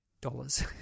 dollars